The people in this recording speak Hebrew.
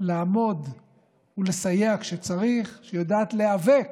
לעמוד ולסייע כשצריך, שיודעת להיאבק